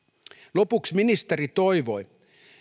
lopuksi ministeri toivoi